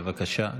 בבקשה.